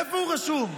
איפה הוא רשום?